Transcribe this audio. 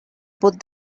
put